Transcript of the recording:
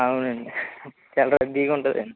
అవునండి చాలా రద్దీగా ఉంటుందండి